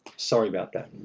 sorry about that,